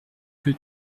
que